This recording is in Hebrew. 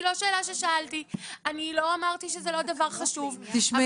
השאלה אם העובדת הסוציאלית אומרת לי שזה הגורם המטפל